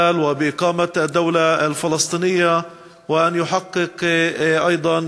לעצמאות ולהקמת מדינה פלסטינית ושעמנו יגשים